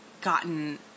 gotten